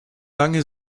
lange